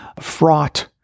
fraught